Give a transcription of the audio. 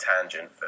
tangent